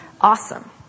awesome